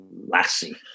Lassie